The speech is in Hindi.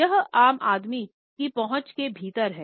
यह आम आदमी की पहुंच के भीतर है